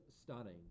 stunning